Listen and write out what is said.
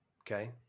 okay